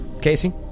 Casey